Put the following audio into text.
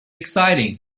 exciting